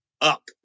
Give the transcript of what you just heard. up